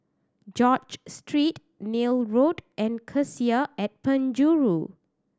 George Street Neil Road and Cassia at Penjuru